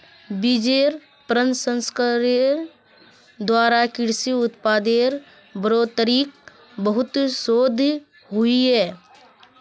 बिजेर प्रसंस्करनेर द्वारा कृषि उत्पादेर बढ़ोतरीत बहुत शोध होइए